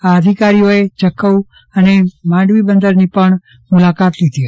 આ અધિકારીઓએ જખૌ અને માંડવી બંદરની પણ મુલાકાત લીધી હતી